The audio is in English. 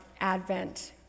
Advent